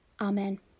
Amen